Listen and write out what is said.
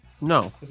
No